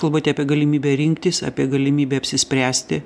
kalbate apie galimybę rinktis apie galimybę apsispręsti